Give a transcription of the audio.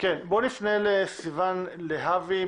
בואו נפנה לסיון להבי,